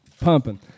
Pumping